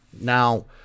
Now